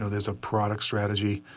ah there's a product strategy.